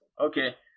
Okay